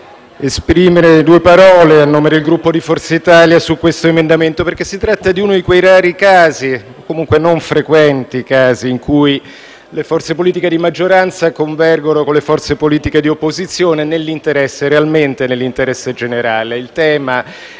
esprimere due parole a nome del Gruppo Forza Italia su questo emendamento perché si tratta di uno di quei rari casi - o comunque non frequenti - in cui le forze politiche di maggioranza convergono con le forze politiche di opposizione realmente nell'interesse generale. Il tema